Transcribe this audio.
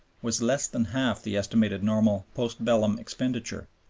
was less than half the estimated normal post-bellum expenditure.